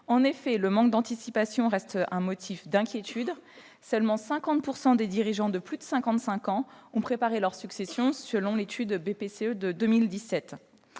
En effet, le manque d'anticipation reste un motif d'inquiétude. Seulement 50 % des dirigeants de plus de cinquante-cinq ans ont préparé leur succession, selon l'étude BPCE de 2017.